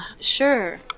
sure